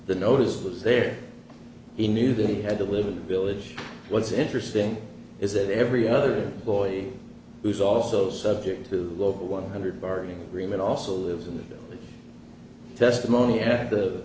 the notice was there he knew that he had to live in the village what's interesting is that every other boy who's also subject to local one hundred bargaining agreement also lives in the testimony at the